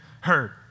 heard